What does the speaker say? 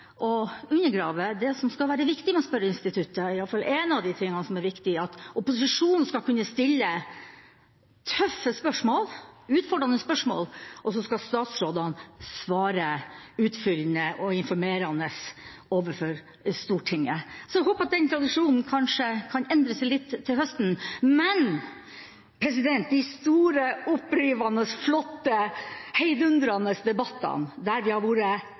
å undergrave det som skal være viktig med spørreinstituttet, i alle fall én av de tingene som er viktige: at opposisjonen skal kunne stille tøffe og utfordrende spørsmål, og så skal statsrådene svare utfyllende og informerende overfor Stortinget. Jeg håper at den tradisjonen kanskje kan endre seg litt til høsten. Men de store, opprivende, flotte, heidundrende debattene, der vi har vært